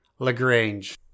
LaGrange